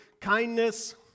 kindness